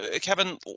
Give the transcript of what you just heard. Kevin